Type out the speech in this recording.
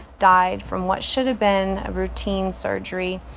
died from what should've been a routine surgery.